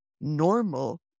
normal